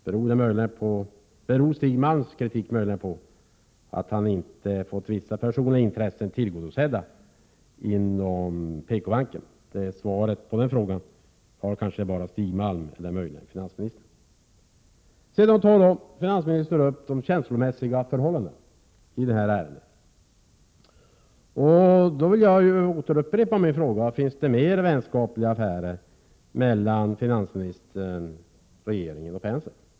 Beror Stig Malms kritik möjligen på att han inte fått vissa personliga intressen tillgodosedda inom PKbanken? Svaret på den frågan har kanske bara Stig Malm, eller möjligen finansministern. Finansministern tar sedan upp de känslomässiga förhållandena i det här ärendet. Då vill jag upprepa min fråga: Finns det ytterligare vänskapliga affärer mellan finansministern, regeringen och Penser?